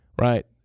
right